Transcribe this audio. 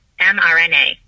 mRNA